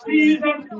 Jesus